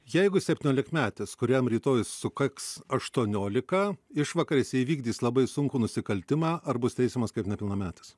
jeigu septyniolikmetis kuriam rytoj sukaks aštuoniolika išvakarėse įvykdys labai sunkų nusikaltimą ar bus teisiamas kaip nepilnametis